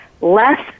less